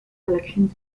collection